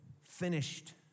finished